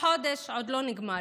החודש עוד לא נגמר,